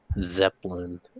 zeppelin